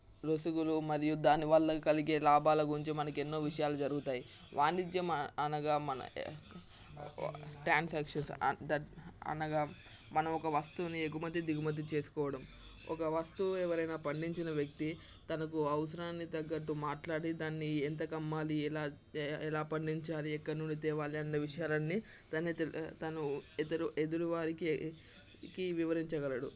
లొసుగులు మరియు దాని వల్ల కలిగే లాభాల గురించి మనకి ఎన్నో విషయాలు జరుగుతాయి వాణిజ్యం అనగా మన ట్రాన్సాక్షన్స్ అనగా మనం ఒక వస్తువుని ఎగుమతి దిగుమతి చేసుకోవడం ఒక వస్తువు ఎవరైనా పండించిన వ్యక్తి తనకు అవసరాన్ని తగ్గట్టు మాట్లాడి దాన్ని ఎంతకు అమ్మాలి ఎలా ఎలా పండించాలి ఎక్కడ నుండి తేవాలి అన్న విషయాలన్నీ తను తను ఎదుటి ఎదుటి వారికి కి వివరించగలడు